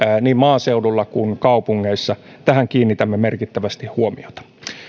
niin maaseudulla kuin kaupungeissa tähän kiinnitämme merkittävästi huomiota